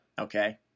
Okay